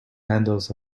handles